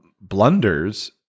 blunders